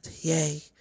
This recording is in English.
Yay